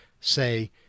say